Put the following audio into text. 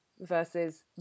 versus